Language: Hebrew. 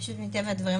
פשוט מטבע הדברים,